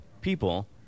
people